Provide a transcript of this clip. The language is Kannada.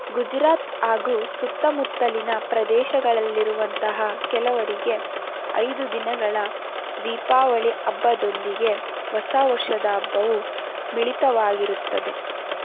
ಗುಜರಾತ್ ಹಾಗೂ ಸುತ್ತಮುತ್ತಲಿನ ಪ್ರದೇಶಗಳಲ್ಲಿರುವಂತಹ ಕೆಲವರಿಗೆ ಐದು ದಿನಗಳ ದೀಪಾವಳಿ ಹಬ್ಬದೊಂದಿಗೆ ಹೊಸ ವರ್ಷದ ಹಬ್ಬವೂ ಮಿಳಿತವಾಗಿರುತ್ತದೆ